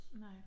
No